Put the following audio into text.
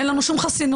אין לנו שום חסינות,